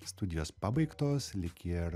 studijos pabaigtos lyg ir